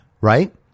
right